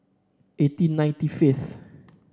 eighteen ninety fifth